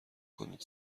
کنید